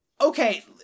Okay